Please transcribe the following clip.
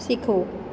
શીખવું